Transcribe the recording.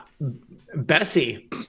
Bessie